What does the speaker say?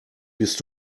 bist